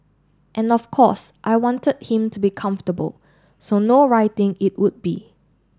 and of course I wanted him to be comfortable so no writing it would be